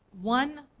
One